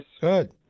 Good